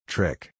Trick